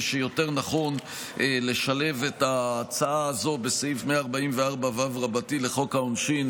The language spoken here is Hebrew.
שיותר נכון לשלב את ההצעה הזאת בסעיף 144ו' לחוק העונשין,